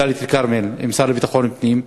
בדאלית-אל-כרמל עם השר לביטחון פנים.